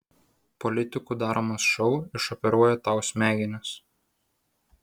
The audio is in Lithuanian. politikų daromas šou išoperuoja tau smegenis